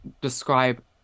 describe